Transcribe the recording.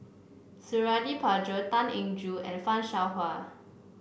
Suradi Parjo Tan Eng Joo and Fan Shao Hua